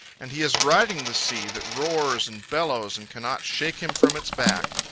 and he is riding the sea that roars and bellows and cannot shake him from its back.